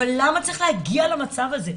אבל למה צריך להגיע למצב הזה,